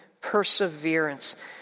perseverance